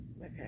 okay